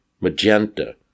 magenta